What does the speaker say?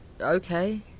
Okay